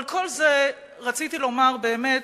אבל את כל זה רציתי לומר באמת,